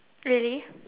really